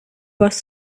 was